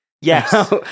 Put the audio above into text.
Yes